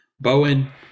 Bowen